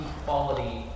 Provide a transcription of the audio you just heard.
equality